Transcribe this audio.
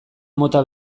mota